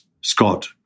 Scott